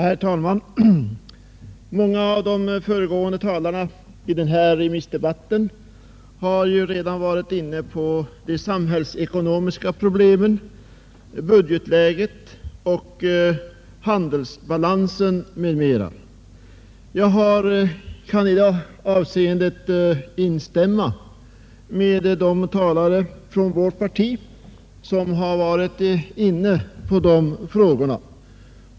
Herr talman! Många av de föregående talarna i den här remissdebatten har ju redan varit inne på samhällsekonomiska problem, budgetläget, handelsbalansen m.m. Jag kan i dessa avseenden instämma med de talare från vårt parti som varit inne på dessa frågor.